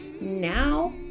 now